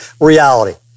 reality